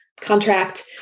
contract